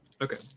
Okay